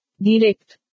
Direct